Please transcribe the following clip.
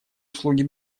услуги